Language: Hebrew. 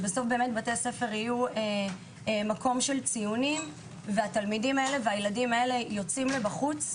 ובסוף בתי ספר יהיו באמת מקום של ציונים והילדים ייצאו החוצה